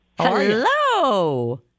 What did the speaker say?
Hello